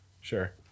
Sure